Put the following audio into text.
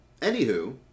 Anywho